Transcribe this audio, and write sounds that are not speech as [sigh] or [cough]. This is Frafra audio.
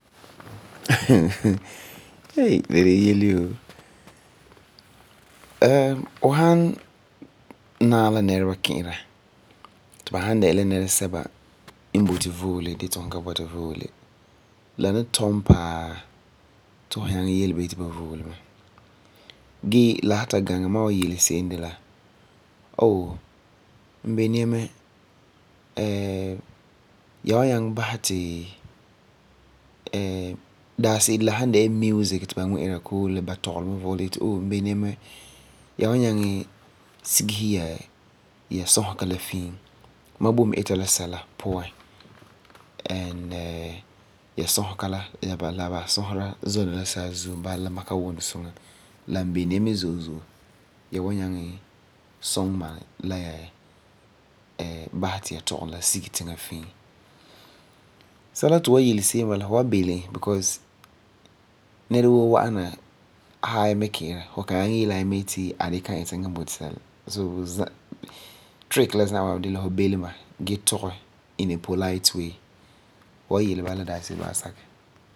[laughs] eiii la de la yelw yoo. Fu san naɛ la nɛreba ki'ira ti ba san dɛna la nɛrsɔba n boti voole gee ti sum ka bɔta voole la ni tɔi mɛ paa ti fu nyaŋɛ yele Ba yeti ba voole. Gee la san ta gaŋɛ ma wan yele seem de la, n beleni ya mɛ [hesitation] ya wa nyaŋɛ sigese ya sɔsega la fii, ma boi bini ita la sɛla puan. Sɛla ti fu wa yele se'em bala, fu wa belum. So, trick la za'a de la fu belum ba gee tɔŋɛ in a polite way. Fu wa yele bala daaseere ba wa sakɛ.